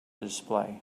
display